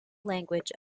language